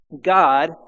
God